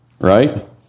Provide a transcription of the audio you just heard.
Right